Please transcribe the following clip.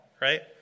right